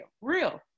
real